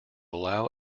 allow